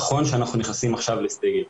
נכון שאנחנו נכנסים עכשיו לסגר,